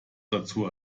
dazu